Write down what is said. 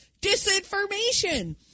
disinformation